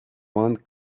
band